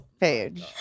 page